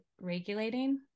regulating